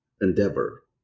endeavor